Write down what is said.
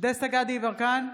דסטה גדי יברקן,